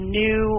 new